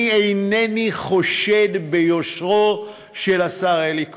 אני אינני חושד ביושרו של השר אלי כהן,